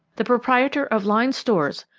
the proprietor of lyne's stores,